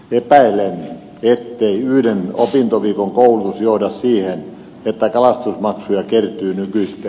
epäilen ettei yhden opintoviikon koulutus johda siihen että kalastusmaksuja kertyy nykyistä